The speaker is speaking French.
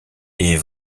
est